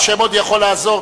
השם עוד יכול לעזור.